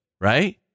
right